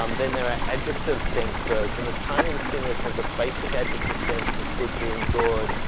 um then there are adjective sensors and it's trying to distinguish there's a basic adjective sense of good being good,